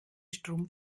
strom